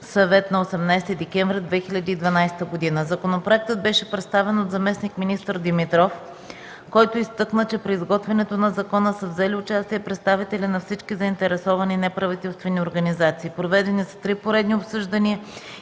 съвет на 18 декември 2012 г. Законопроектът беше представен от заместник-министър Димитров, който изтъкна, че при изготвянето на закона са взели участие представители на всички заинтересовани неправителствени организации. Проведени са три поредни обсъждания